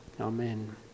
Amen